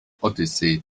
odyssee